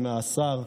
עם השר,